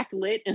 backlit